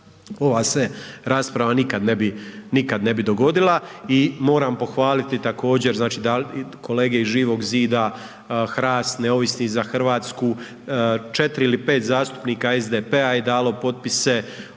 ova se rasprava nikad ne bi dogodila i moram pohvaliti također, znači kolege iz Živog zida, HRAST, Neovisni za Hrvatsku, 4 ili 5 zastupnika SDP-a je dalo potpise,